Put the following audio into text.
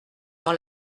dans